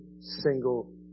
single